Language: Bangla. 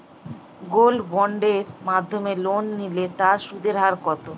গোল্ড বন্ডের মাধ্যমে লোন নিলে তার সুদের হার কত?